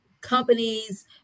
companies